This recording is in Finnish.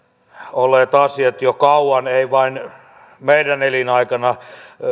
olleet asiat ovat yhtä murrosta olleet jo kauan eivät vain meidän elinaikanamme